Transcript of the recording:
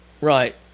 Right